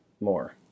more